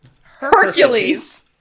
Hercules